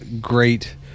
great